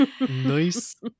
Nice